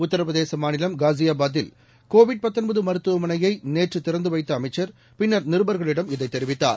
உத்தரப் பிரதேச மாநிலம் காசியாபாத்தில் கோவிட்டி மருத்துவமனையை நேற்று திறந்து வைத்த அமைச்சர் பின்னர் நிருபர்களிடம் இதை தெரிவித்தார்